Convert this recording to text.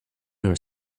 are